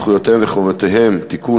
זכויותיהם וחובותיהם (תיקון,